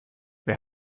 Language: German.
wer